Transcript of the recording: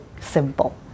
simple